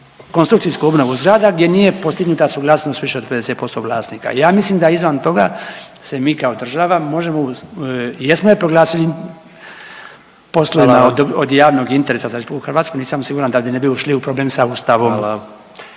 konstrukciju obnovu zgrada gdje nije postignuta suglasnost više od 50% vlasnika. Ja mislim da izvan toga se mi kao država možemo, jesmo je proglasili poslovima …/Upadica: Hvala vam./… od javnom interesa RH, nisam siguran da li ne bi ušli u problem sa Ustavom.